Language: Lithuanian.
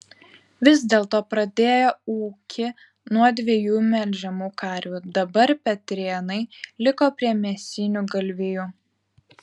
vis dėlto pradėję ūkį nuo dviejų melžiamų karvių dabar petrėnai liko prie mėsinių galvijų